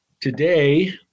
Today